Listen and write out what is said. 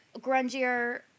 grungier